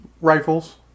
rifles